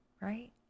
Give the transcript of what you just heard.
right